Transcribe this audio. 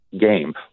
game